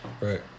Right